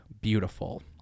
beautiful